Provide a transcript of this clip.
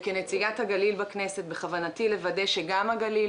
וכנציגת הגליל בכנסת בכוונתי לוודא שגם הגליל